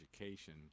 Education